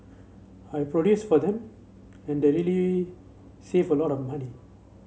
I produce for them and they really save a lot of money